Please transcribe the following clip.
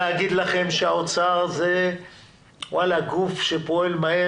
האוצר זה גוף שפועל מהר.